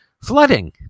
flooding